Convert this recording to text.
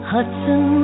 Hudson